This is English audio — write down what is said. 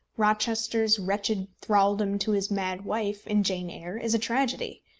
rochester's wretched thraldom to his mad wife, in jane eyre, is a tragedy.